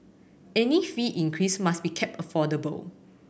any fee increase must be kept affordable